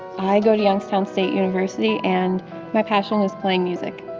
i go to youngstown state university, and my passion was playing music.